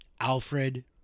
Alfred